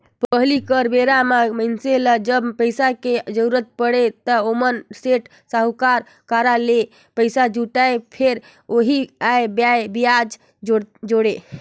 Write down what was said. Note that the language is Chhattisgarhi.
पहिली कर बेरा म मइनसे ल जब पइसा के जरुरत पड़य त ओमन सेठ, साहूकार करा ले पइसा जुगाड़य, फेर ओही आंए बांए बियाज जोड़य